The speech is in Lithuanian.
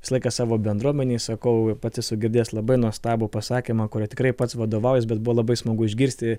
visą laiką savo bendruomenėj sakau pats esu girdėjęs labai nuostabų pasakymą kuriuo tikrai pats vadovaujuos bet buvo labai smagu išgirsti